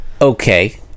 Okay